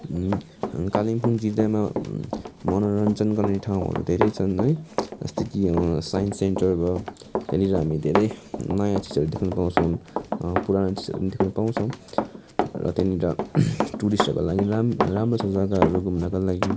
कालिमपोङ जिल्लामा मनोरञ्जन गर्ने ठाउँहरू धेरै छन् है जस्तै कि साइन्स सेन्टर भयो त्यहाँनिर हामी धेरै नयाँ चिजहरू देख्न पाउँछौँ पुरानो चिजहरू पनि देख्न पाउँछौँ र त्यहाँनिर टुरिस्टहरूको लागि राम्रो छ जग्गाहरू घुम्नको लागि